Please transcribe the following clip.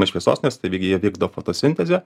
nuo šviesos nes taip jie vykdo fotosintezę